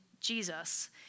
Jesus